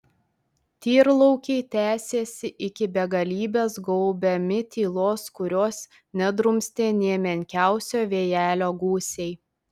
tyrlaukiai tęsėsi iki begalybės gaubiami tylos kurios nedrumstė nė menkiausio vėjelio gūsiai